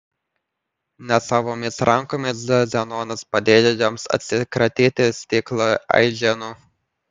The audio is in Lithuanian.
nesavomis rankomis zenonas padėjo joms atsikratyti stiklo aiženų